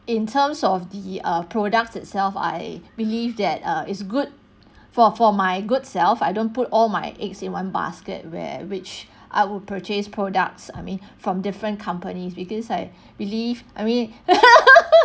in terms of the err products itself I believe that uh is good for for my good self I don't put all my eggs in one basket where which I would purchase products I mean from different companies because I believe I mean